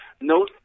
no